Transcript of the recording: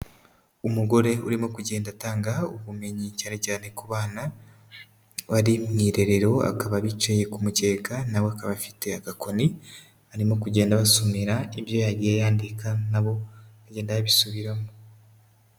Umugore urimo kugenda atanga ubumenyi cyane cyane ku bana, bari mu irerero bakaba bicaye ku mukeka nawe akaba afite agakoni, arimo kugenda abasomera ibyo yagiye yandika, nabo, bagenda babisubiramo.